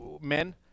men